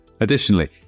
Additionally